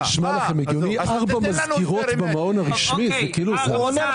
תן לי לענות עניינית, באמת עניינית.